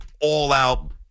all-out